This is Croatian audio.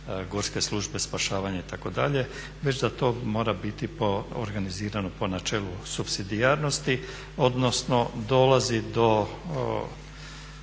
Gorske službe spašavanja itd. već da to mora biti organizirano po načelu supsidijarnosti, odnosno dolazi do